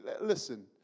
Listen